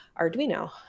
Arduino